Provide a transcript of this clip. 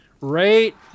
Right